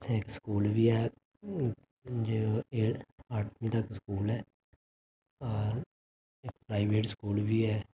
इत्थै इक स्कूल बी ऐ जो एट अट्ठमीं तक स्कूल ऐ हां इक प्राइवेट स्कूल बी है